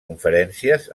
conferències